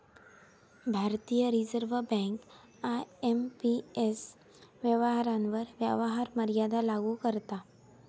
भारतीय reserve bank IMPS व्यवहारांवर व्यवहार मर्यादा लागू करता